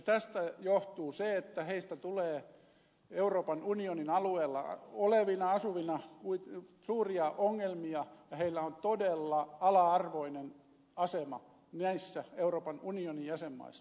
tästä johtuu se että heistä tulee euroopan unionin alueella asuvina suuria ongelmia ja heillä on todella ala arvoinen asema näissä euroopan unionin jäsenmaissa